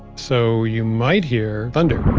so you might hear thunder